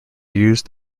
used